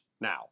now